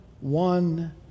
one